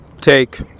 Take